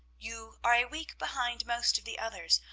you are a week behind most of the others,